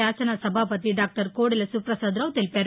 శాసన సభావతి డాక్టర్ కోడెల శివ్వపసాదరావు తెలిపారు